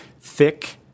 thick